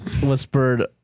Whispered